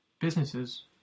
Businesses